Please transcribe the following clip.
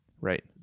right